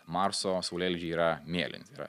marso saulėlydžiai yra mėlyni tai yra